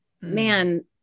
man